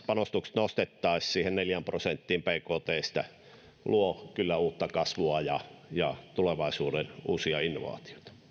panostukset nostettaisiin siihen neljään prosenttiin bktsta luo kyllä uutta kasvua ja ja tulevaisuuden uusia innovaatioita